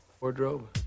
Wardrobe